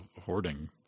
hoarding